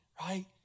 right